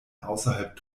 außerhalb